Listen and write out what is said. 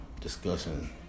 discussion